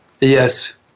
Yes